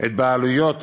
את בעלויות